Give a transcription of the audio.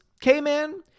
K-Man